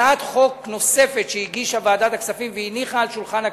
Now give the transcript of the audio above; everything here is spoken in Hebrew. הצעת חוק נוספת שהגישה ועדת הכספים והניחה על שולחן הכנסת,